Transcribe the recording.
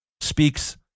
speaks